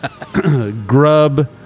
Grub